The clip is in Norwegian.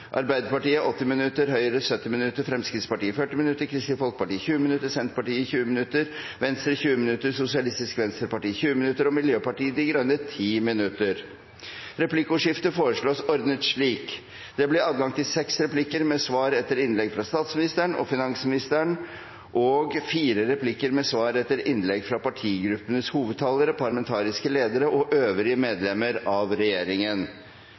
Arbeiderpartiet 80 minutter, Høyre 70 minutter, Fremskrittspartiet 40 minutter, Kristelig Folkeparti 20 minutter, Senterpartiet 20 minutter, Venstre 20 minutter, Sosialistisk Venstreparti 20 minutter og Miljøpartiet De Grønne 10 minutter. Replikkordskiftet foreslås ordnet slik: Det blir adgang til seks replikker med svar etter innlegg av statsministeren og finansministeren og fire replikker med svar etter innlegg av partigruppenes hovedtalere, parlamentariske ledere og øvrige medlemmer av regjeringen